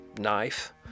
knife